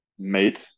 made